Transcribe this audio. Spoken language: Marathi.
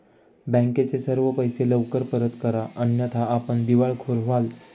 बँकेचे सर्व पैसे लवकर परत करा अन्यथा आपण दिवाळखोर व्हाल